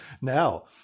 now